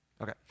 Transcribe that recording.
Okay